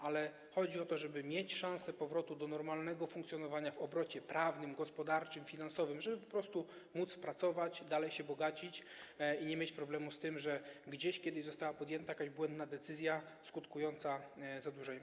Ale chodzi o to, żeby mieć szansę powrotu do normalnego funkcjonowania w obrocie prawnym, gospodarczym, finansowym, żeby po prostu móc pracować, dalej się bogacić i nie mieć problemu z tym, że gdzieś kiedyś została podjęta jakaś błędna decyzja skutkująca zadłużeniem.